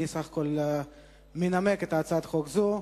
אני בסך הכול מנמק הצעת חוק זו.